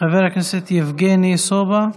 חבר הכנסת יבגני סובה,